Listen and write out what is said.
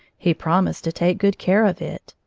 he promised to take good care of it.